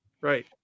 Right